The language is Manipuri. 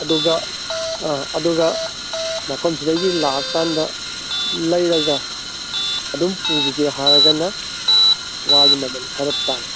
ꯑꯗꯨꯒ ꯑꯥ ꯑꯗꯨꯒ ꯃꯐꯝꯁꯤꯗꯒꯤ ꯂꯥꯛꯑꯀꯥꯟꯗ ꯂꯩꯔꯒ ꯑꯗꯨꯝ ꯄꯨꯒꯤꯒꯦ ꯍꯥꯏꯔꯒꯅ ꯋꯥꯒꯤ ꯃꯃꯟ ꯈꯔ ꯇꯥꯏ